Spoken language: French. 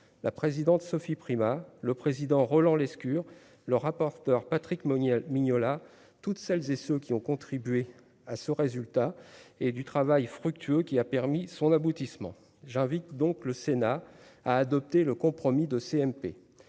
la présidente Sophie Primas le président Roland Lescure le rapporteur Patrick Monnier mignola toutes celles et ceux qui ont contribué à ce résultat et du travail fructueux qui a permis son aboutissement j'invite donc le Sénat a adopté le compromis de CNP,